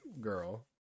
girl